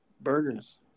burgers